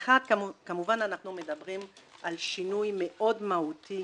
1. כמובן שאנחנו מדברים על שינוי מאוד מהותי